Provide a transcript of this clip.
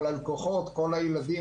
אבל הלקוחות שהם כל הילדים,